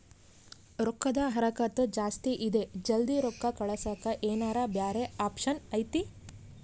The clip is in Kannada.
ರೊಕ್ಕದ ಹರಕತ್ತ ಜಾಸ್ತಿ ಇದೆ ಜಲ್ದಿ ರೊಕ್ಕ ಕಳಸಕ್ಕೆ ಏನಾರ ಬ್ಯಾರೆ ಆಪ್ಷನ್ ಐತಿ?